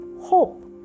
Hope